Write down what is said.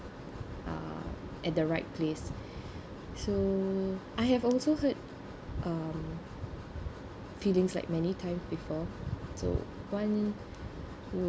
uh at the right place so I have also hurt um feelings like many times so once you